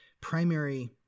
primary